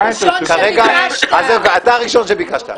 אתה הראשון שביקשת.